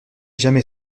jamais